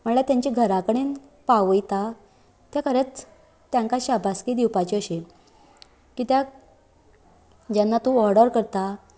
म्हणल्यार तेंच्या घरा कडेन पावयता तें खरेंच तांकां शाब्बासकी दिवपाची अशी कित्याक जेन्ना तूं ऑर्डर करता